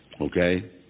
okay